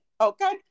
Okay